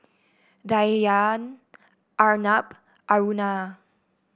Dhyan Arnab Aruna